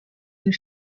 une